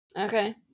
Okay